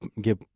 give